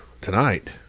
Tonight